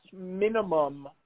minimum